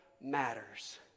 matters